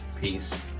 Peace